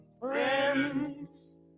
friends